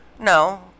No